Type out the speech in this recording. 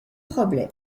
problème